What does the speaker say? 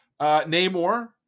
Namor